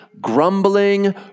grumbling